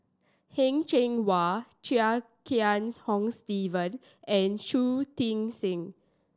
Heng Cheng Hwa Chia Kiah Hong Steve and Shui Tit Sing